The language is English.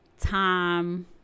time